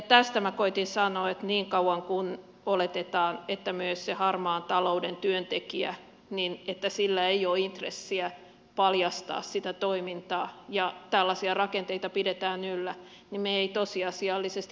tästä minä koetin sanoa että niin kauan kuin oletetaan että myöskään sillä harmaan talouden työntekijällä ei ole intressiä paljastaa sitä toimintaa ja tällaisia rakenteita pidetään yllä me emme tosiasiallisesti pääse kiinni sinne